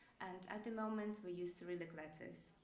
and at the moment, we use cyrillic letters.